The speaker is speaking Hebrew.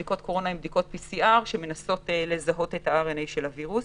בדיקות PCR שמנסות לזהות את ה-RNA של הווירוס.